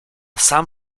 sam